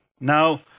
Now